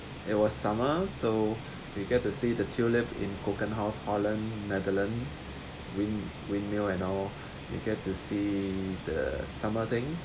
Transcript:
it was summer so they get to see the tulip in cocun hall holland netherlands wind windmill and all you'll get to see the summer thing